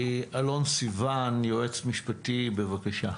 אלון סיון, יועץ משפטי, בבקשה.